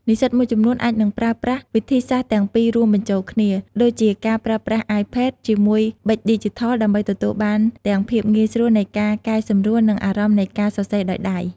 និស្សិតមួយចំនួនអាចនឹងប្រើប្រាស់វិធីសាស្ត្រទាំងពីររួមបញ្ចូលគ្នា ដូចជាការប្រើប្រាស់ អាយផេត ជាមួយប៊ិចឌីជីថល ដើម្បីទទួលបានទាំងភាពងាយស្រួលនៃការកែសម្រួល និងអារម្មណ៍នៃការសរសេរដោយដៃ។